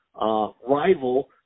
rival